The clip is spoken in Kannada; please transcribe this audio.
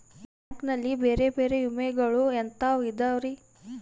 ಬ್ಯಾಂಕ್ ನಲ್ಲಿ ಬೇರೆ ಬೇರೆ ವಿಮೆಗಳು ಎಂತವ್ ಇದವ್ರಿ?